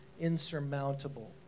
insurmountable